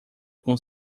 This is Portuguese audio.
com